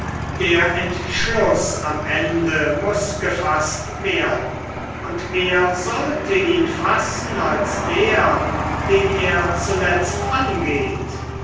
der entschluß am ende muß gefaßt werden und wer soll ihn fassen als der den er zuletzt angeht